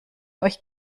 euch